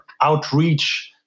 outreach